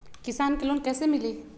किसान के लोन कैसे मिली?